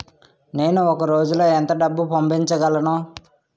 నేను ఒక రోజులో ఎంత డబ్బు పంపించగలను?